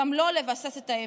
גם לא לבסס את האמת.